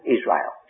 Israel